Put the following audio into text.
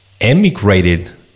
emigrated